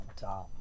dumb